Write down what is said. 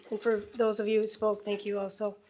for those of you who spoke, thank you also.